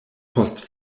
post